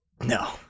No